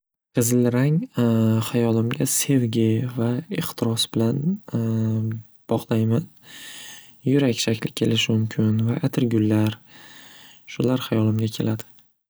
Qizil rang hayolimga sevgi va ehtiros bilan bog'layman yurak shakli kelishi mumkin va atirgullar shular hayolimga keladi.